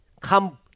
come